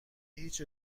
هیچ